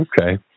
Okay